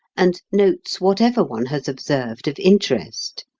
and notes whatever one has observed of interest.